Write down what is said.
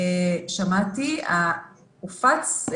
דוח סופי הופץ,